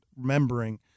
remembering